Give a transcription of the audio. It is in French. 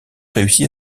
réussit